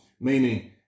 Meaning